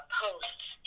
posts